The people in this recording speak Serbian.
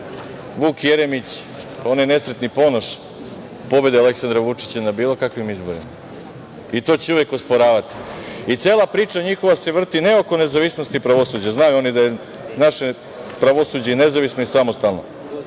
Vuk Jeremić, onaj nesretni Ponoš, pobede Aleksandra Vučića na bilo kakvim izborima. To će uvek osporavati. Cela priča njihova se vrti ne oko nezavisnosti pravosuđa, znaju oni da je naše pravosuđe nezavisno i samostalno,